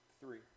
three